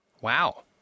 Wow